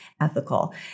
ethical